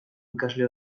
ikasle